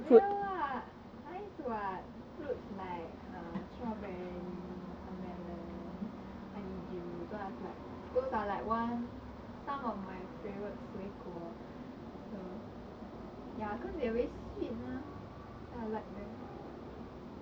没有 what nice what fruits like err strawberry watermelon honeydew those are like one those are like some of my favourite 水果 ya cause they always sweet mah so then I like them